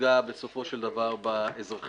שתפגע בסופו של דבר באזרחים,